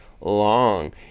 long